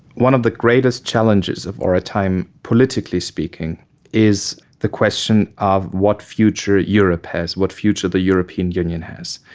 one of the greatest challenges of our ah time politically speaking is the question of what future europe has, what future the european union has.